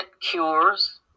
cures